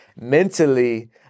mentally